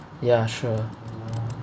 ya sure